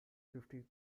fifteen